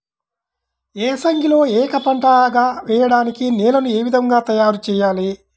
ఏసంగిలో ఏక పంటగ వెయడానికి నేలను ఏ విధముగా తయారుచేయాలి?